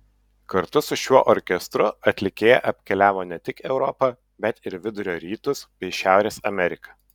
kartu su šiuo orkestru atlikėja apkeliavo ne tik europą bet ir vidurio rytus bei šiaurės ameriką